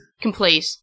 complete